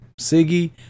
Siggy